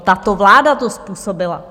Tato vláda to způsobila!